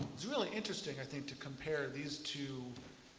it's really interesting i think to compare these two